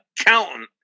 accountant